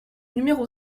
numéro